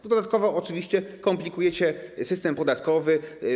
Dodatkowo oczywiście komplikujecie system podatkowy.